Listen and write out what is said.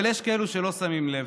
אבל יש כאלה שלא שמים לב,